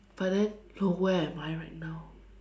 but then look where am I right now